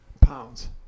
pounds